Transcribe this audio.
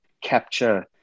capture